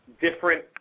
different